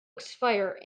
expire